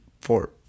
four